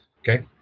Okay